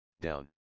down